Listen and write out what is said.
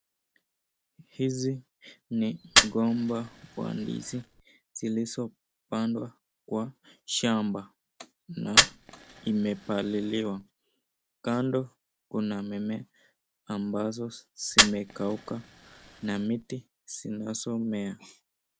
Hizi ni mgomba za ndizi zilizopandwa kwa shamba na imepaliliwa. Kando kuna na mimea ambazo zinakauka na miti zinazomea.